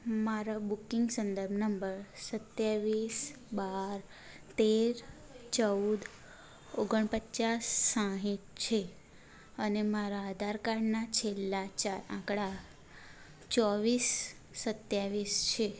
મારા બુકિંગ સંદર્ભ નંબર સત્યાવીસ બાર તેર ચૌદ ઓગણપચાસ સાઠ છે અને મારા આધારકાર્ડના છેલ્લા ચાર આંકડા ચોવીસ સત્યાવીસ છે